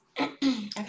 Okay